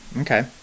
okay